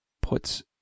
puts